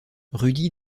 rudy